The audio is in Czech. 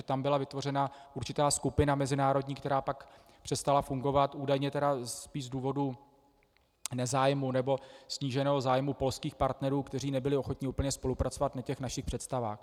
Tam byla vytvořena určitá mezinárodní skupina, která pak přestala fungovat, údajně spíš z důvodu nezájmu nebo sníženého zájmu polských partnerů, kteří nebyli ochotni úplně spolupracovat na našich představách.